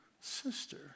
sister